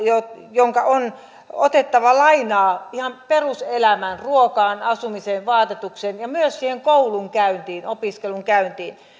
jonka on otettava lainaa ihan peruselämään ruokaan asumiseen vaatetukseen ja myös siihen koulunkäyntiin opiskelun käyntiin